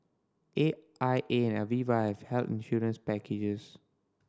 A I A and Aviva have health insurance packages